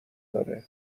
داره